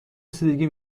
رسیدگی